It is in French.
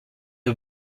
nos